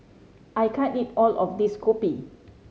I can't eat all of this kopi